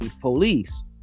police